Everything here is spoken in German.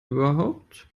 überhaupt